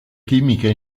chimica